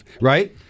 right